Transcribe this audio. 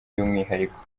y’umwihariko